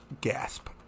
gasp